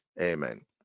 Amen